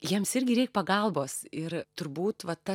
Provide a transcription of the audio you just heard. jiems irgi reik pagalbos ir turbūt va ta